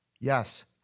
Yes